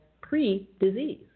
pre-disease